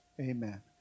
amen